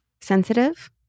Sensitive